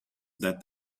that